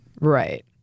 Right